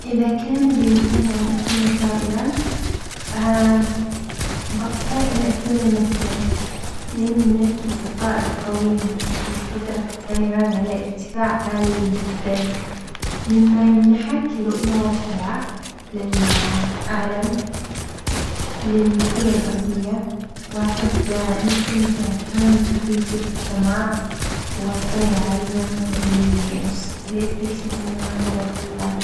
إذا كان بإمكاني أن أكون طائرًا بختار أن أكون نسرًا لأن النسر طائر قوي يستطيع الطيران على ارتفاع عالي جدًا مما يمنك رؤية واسعة للعالم للكرة الأرضية، وأحب نستمتع كمان بحريتي في السماء والطير عاليًا ول استكشاف المناظر الخلابة.